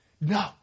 no